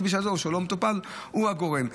הכביש הזה שלא מטופל הוא הגורם.